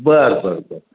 बरं बरं बरं